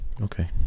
Okay